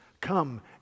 Come